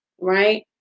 right